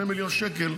2 מיליון שקל,